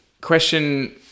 question